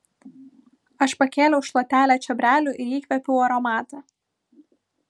aš pakėliau šluotelę čiobrelių ir įkvėpiau aromatą